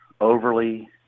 overly